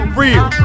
real